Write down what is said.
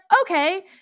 okay